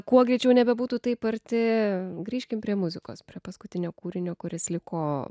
kuo greičiau nebebūtų taip arti grįžkim prie muzikos prie paskutinio kūrinio kuris liko